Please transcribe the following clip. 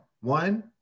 one